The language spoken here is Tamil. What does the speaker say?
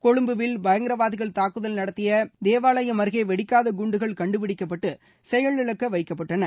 கொழும்பில் பயங்கரவாதிகள் தாக்குதல் நடத்திய தேவாலயம் அருகே வெடிக்காத குண்டுகள் கண்டுபிடிக்கப்பட்டு செயலிழக்க வைக்கப்பட்டன